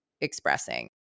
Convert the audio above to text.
expressing